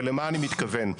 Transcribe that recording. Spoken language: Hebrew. ולמה אני מתכוון?